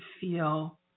feel